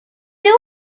too